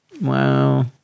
Wow